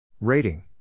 Rating